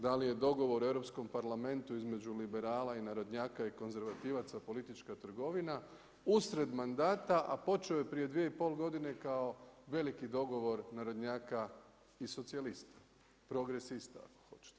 Da li je dogovor u Europskom parlamentu između liberala i narodnjaka i konzervativaca, politička trgovina usred mandata, a počeo je prije dvije i pol godine, kao veliki dogovor narodnjaka i socijalista, progresista ako hoćete.